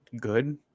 good